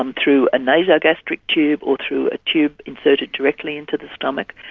um through a nasogastric tube or through a tube inserted directly into the stomach,